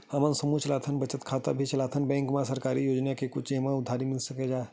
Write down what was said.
हमन समूह चलाथन बचत खाता भी चलाथन बैंक मा सरकार के कुछ योजना हवय का जेमा उधारी मिल जाय?